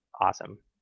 awesome